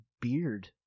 beard